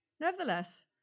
Nevertheless